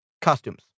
costumes